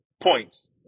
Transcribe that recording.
points